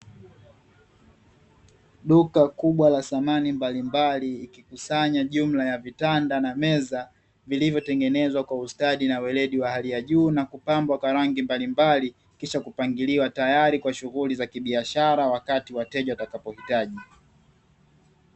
Duka kubwa la samani mbalimbali ikikusanya jumla ya vitanda na meza, vilivyotengenezwa kwa ustadi na weledi wa hali ya juu na kupambwa kwa rangi mabalimbali kisha kupangiliwa, tayari kwa shughuli za kibiashara wateja watakapohitaji.